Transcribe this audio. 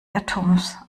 irrtums